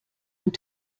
und